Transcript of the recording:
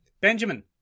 Benjamin